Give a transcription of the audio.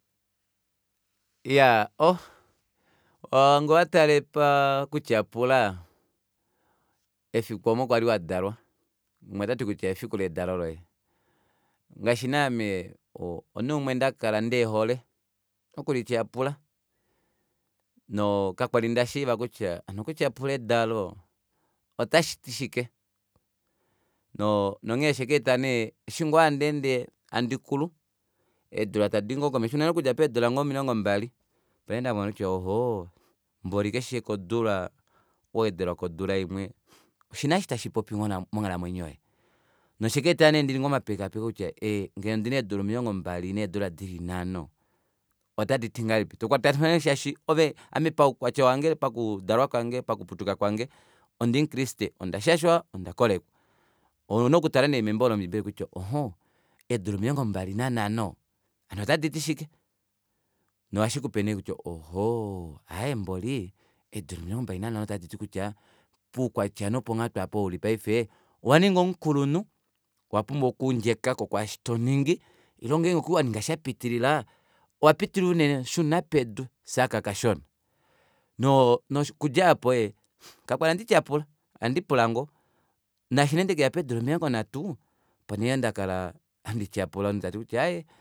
Iyaa ohh ngee owatale pakutyapula efiku omo kwali wadalwa umwe otati kutya efiku ledalo loye ngaashi naame omunhu umwe ndakala ndeehole okulityapula nokakwali ndashiiva kutya okutyapula edalo otashiti shike nonghee oshekeeta nee eshi ngoo handeende handikulu eedula tadii ngoo komesho unene okudja peedula omilongo mbali opo nee ndamona kutya ohoo mboli keshe kodula howedelwako odula imwe oshina eshi tashipopi monghalamwenyo yoye nosheeketa nee ndininge omapekaapeko kutya ee ngee ondina eedula omilongo mbali needula nhano otaditi ngahelipi tokwatakanifa shaashi ame paukwatya wange pakudalwa kwange pakuputuka kwange ondimu christe onda shashwa ondakolekwa ouna okutala nee membo lombibeli kutya ohoo eedula omilongo mbali nanhano hano otaditi shike nohashikupe nee kutya ohoo aaye mboli eedula omilongo mbali nanhano otaditi kutya poukwatya noponghatu opo uli paife owaninga omukulunhu owaumbwa okudjekako kwaashi toningi ile ngenge okwali waninga shapitilila owapitilila unene shuna pedu shaka kashona noo nokudja aapo kakwali hadi tyapula ohandi pula ngoo naashi nee ndekeya peedula omilongo nhatu opo nee ndakala handi tyapula ovanhu tavati kutya aaye